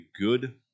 good